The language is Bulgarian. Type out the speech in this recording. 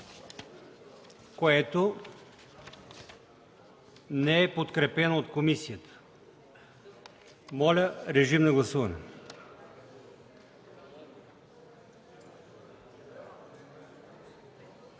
което не е подкрепено от комисията. Моля, режим на гласуване.